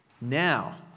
Now